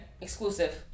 Exclusive